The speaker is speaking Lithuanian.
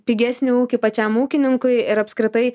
pigesnį ūkį pačiam ūkininkui ir apskritai